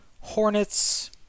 Hornets